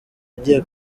agiye